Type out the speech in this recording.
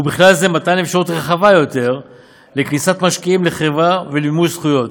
ובכלל זה מתן אפשרות רחבה יותר לכניסת משקיעים לחברה ולמימוש זכויות,